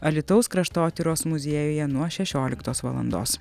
alytaus kraštotyros muziejuje nuo šešioliktos valandos